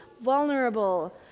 vulnerable